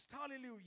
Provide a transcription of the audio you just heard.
Hallelujah